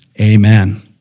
amen